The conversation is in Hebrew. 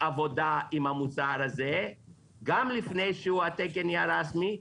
אין לי ספק שיהיה לנו איזה שהוא עקומת למידה ונשתפר וזה הרעיון,